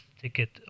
ticket